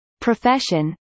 profession